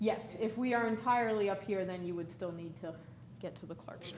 yes if we are entirely up here then you would still need to get to the cl